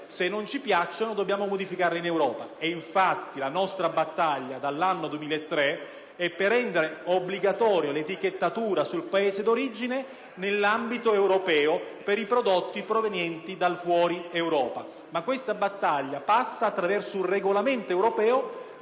se non ci piacciono, dobbiamo modificarle in quella sede. La nostra battaglia dal 2003 è finalizzata a rendere obbligatoria l'etichettatura sul Paese d'origine nell'ambito europeo per i prodotti provenienti da fuori Europa. Ma questa battaglia passa attraverso un regolamento europeo